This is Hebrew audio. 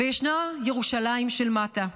וישנה ירושלים של מטה,